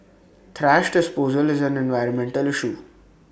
thrash disposal is an environmental issue